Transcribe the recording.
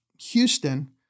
Houston